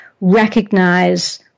recognize